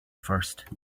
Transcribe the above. first